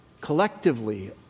collectively